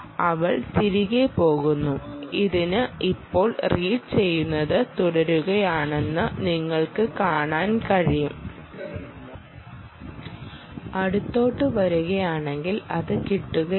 അവൾ തിരികെ പോകുന്നു അത് ഇപ്പോൾ റീഡ് ചെയ്യുന്നത് തുടരുകയാണെന്ന് നിങ്ങൾക്ക് കാണാൻ കഴിയും അടുത്തോട്ടു വരികയാണെങ്കിൽ അത് കിട്ടുകയില്ല